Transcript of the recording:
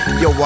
yo